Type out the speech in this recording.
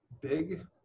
big